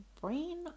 brain